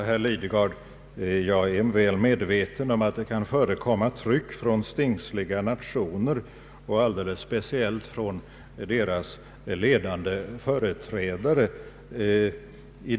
Herr talman! Jag är medveten om att det kan förekomma tryck från stingsliga nationer och alldeles speciellt från deras ledande företrädare.